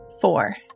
Four